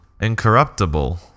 Incorruptible